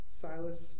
Silas